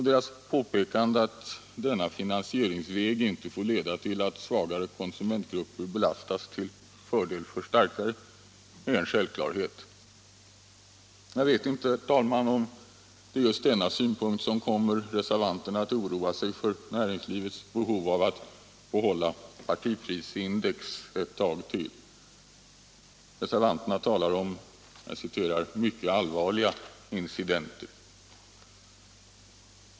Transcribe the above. Deras påpekande att denna finansieringsväg inte får leda till att svagare konsumentgrupper belastas till fördel för starkare är en självklarhet. Jag vet inte, herr talman, om det är just denna synpunkt som kommer reservanterna att oroa sig för näringslivets behov av att behålla partiprisindex ett tag till. Reservanterna talar om ”mycket allvarliga incidenter”.